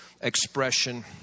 expression